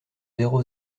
zéro